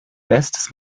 bestes